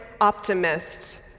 optimist